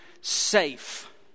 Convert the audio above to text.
safe